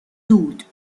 دود